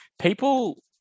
people –